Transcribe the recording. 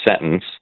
sentence